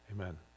Amen